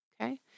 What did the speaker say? Okay